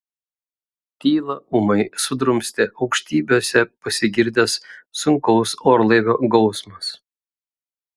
tylą ūmai sudrumstė aukštybėse pasigirdęs sunkaus orlaivio gausmas